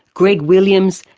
greg williams,